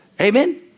Amen